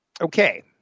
Okay